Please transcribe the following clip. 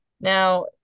Now